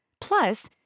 Plus